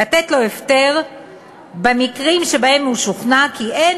לתת לו הפטר במקרים שבהם הוא משוכנע כי אין